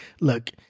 look—